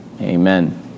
Amen